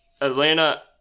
Atlanta